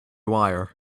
wire